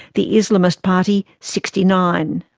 the islamist party sixty nine.